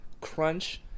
Crunch